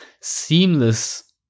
seamless